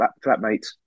flatmates